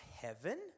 heaven